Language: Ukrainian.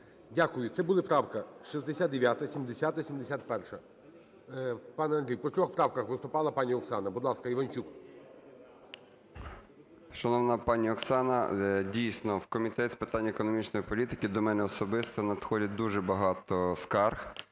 Дякую. Це були правки 69-а, 70-а, 71-а. Пане Андрій, по трьох правках виступала пані Оксана. Будь ласка, Іванчук. 13:43:17 ІВАНЧУК А.В. Шановна пані Оксана, дійсно, в Комітет з питань економічної політики, до мене особисто надходять дуже багато скарг